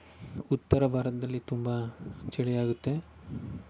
ಉತ್ತರ ಭಾರತದಲ್ಲಿ ತುಂಬ ಚಳಿ ಆಗುತ್ತೆ